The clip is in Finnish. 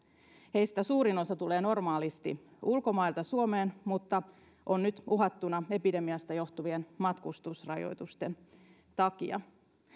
heistä suurin osa tulee normaalisti ulkomailta suomeen mutta tämä on nyt uhattuna epidemiasta johtuvien matkustusrajoitusten takia